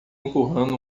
empurrando